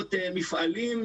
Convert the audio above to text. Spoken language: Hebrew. בעקבות מפעלים,